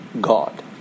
God